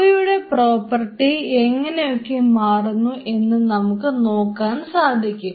അവയുടെ പ്രോപ്പർട്ടി എങ്ങനെയൊക്കെ മാറുന്നു എന്ന് നമുക്ക് നോക്കാൻ സാധിക്കും